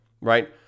right